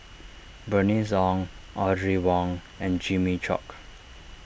Bernice Ong Audrey Wong and Jimmy Chok